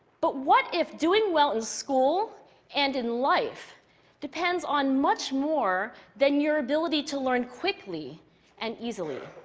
but what if doing well in school and in life depends on much more than your ability to learn quickly and easily?